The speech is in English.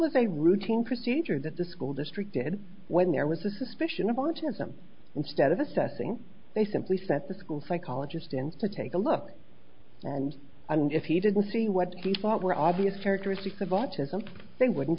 was a routine procedure that the school district did when there was a suspicion of autism instead of assessing they simply set the school psychologist in to take a look and if he didn't see what he thought were obvious characteristics of autism they wouldn't